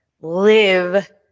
live